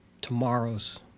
tomorrow's